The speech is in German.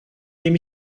dem